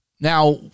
Now